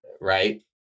Right